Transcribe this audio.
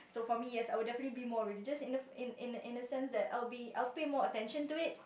so for me yes I will definitely be more religious in a in in a sense that I'll be I will pay more attention to it